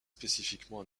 spécifiquement